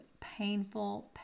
painful